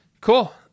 cool